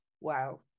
wow